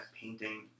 painting